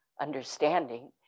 understanding